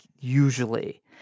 usually